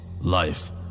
life